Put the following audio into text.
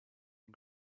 and